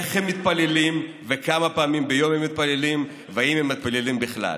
איך הם מתפללים וכמה פעמים ביום הם מתפללים ואם הם מתפללים בכלל.